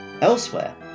Elsewhere